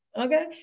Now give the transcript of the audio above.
okay